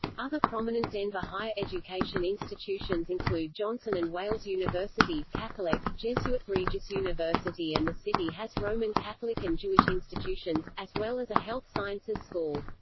other prominent denver higher education institutions include johnson and wales university, catholic regis university and the city has roman catholic and jewish institutions, as well as a health sciences school.